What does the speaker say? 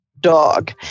dog